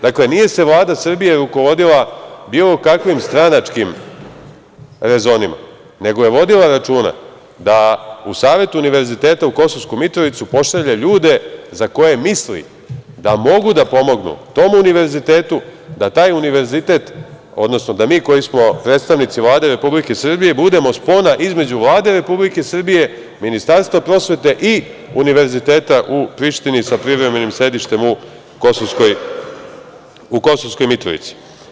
Dakle, nije se Vlada Srbije rukovodila bilo kakvim stranačkim rezonima, nego je vodila računa da u Savetu Univerziteta u Kosovsku Mitrovicu pošalje ljude za koje misli da mogu da pomognu tom Univerzitetu, da taj Univerzitet, odnosno da mi koji smo predstavnici Vlade Republike Srbije budemo spona između Vlade Republike Srbije, Ministarstva prosvete i Univerziteta u Prištini sa privremenim sedištem u Kosovskoj Mitrovici.